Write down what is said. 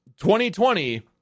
2020